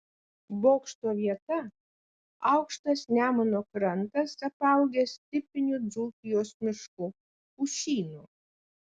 bokšto vieta aukštas nemuno krantas apaugęs tipiniu dzūkijos mišku pušynu